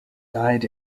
died